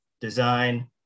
design